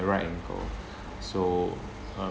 right ankle so uh